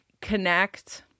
connect